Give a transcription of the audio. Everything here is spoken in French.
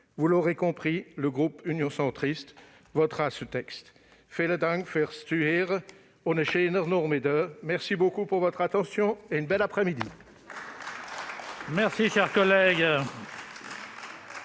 Vous l'aurez compris, le groupe Union Centriste votera ce texte. Merci beaucoup pour votre attention et bon après-midi